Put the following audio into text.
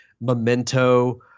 Memento